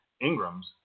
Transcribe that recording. Ingrams